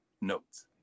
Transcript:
notes